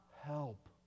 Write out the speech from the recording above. help